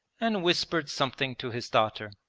and whispered something to his daughter.